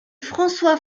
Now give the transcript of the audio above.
francois